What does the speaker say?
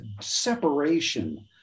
separation